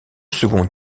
second